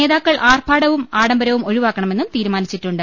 നേതാ ക്കൾ ആർഭാടവും ആഡംബരവും ഒഴിവാക്കണമെന്നും തീരുമാനി ച്ചിട്ടുണ്ട്